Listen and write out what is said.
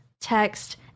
text